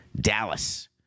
Dallas